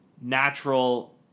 natural